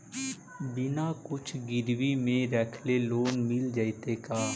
बिना कुछ गिरवी मे रखले लोन मिल जैतै का?